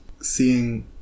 Seeing